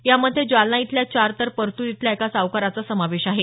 यामध्ये जालना इथल्या चार तर परतूर इथल्या एका सावकाराचा समावेश आहे